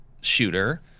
shooter